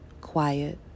quiet